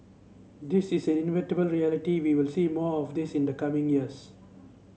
this is an inevitable reality we will see more of this in the coming years